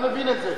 ואתה מבין את זה.